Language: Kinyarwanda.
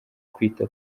kwita